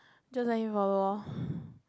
just like in follow lor